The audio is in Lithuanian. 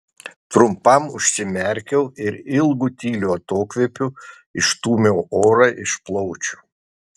trumpam užsimerkiau ir ilgu tyliu atokvėpiu išstūmiau orą iš plaučių